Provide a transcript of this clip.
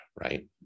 right